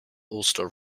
ulster